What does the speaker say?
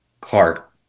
Clark